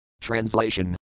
Translation